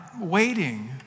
waiting